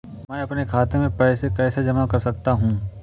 मैं अपने खाते में पैसे कैसे जमा कर सकता हूँ?